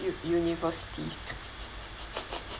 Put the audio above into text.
un~ university